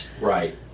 right